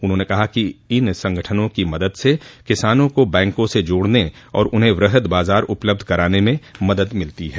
उन्होंने कहा कि इन संगठनों की मदद से किसानों को बैंकों से जोड़ने और उन्हें वृहद बाजार उपलब्ध कराने में मदद मिलती है